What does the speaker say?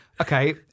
Okay